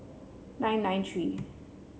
nine nine three